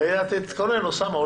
אוסאמה,